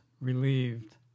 relieved